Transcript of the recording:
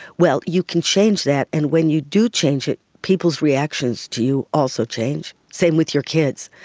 well, you can change that, and when you do change it people's reactions to you also change, same with your kids.